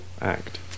act